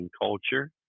culture